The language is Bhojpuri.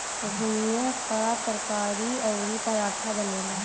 घुईया कअ तरकारी अउरी पराठा बनेला